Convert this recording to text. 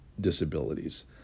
disabilities